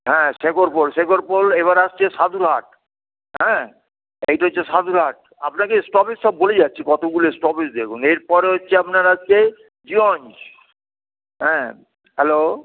হ্যাঁ শেকর পোল শেকর পোল এবার আসছে সাধু ঘাট হ্যাঁ এইটা হচ্ছে সাধু ঘাট আপনাকে স্টপেজ সব বলে যাচ্ছি কতগুলো স্টপেজ দেখুন এর পরে হচ্ছে আপনার আসছে জিয়ঞ্জ হ্যাঁ হ্যালো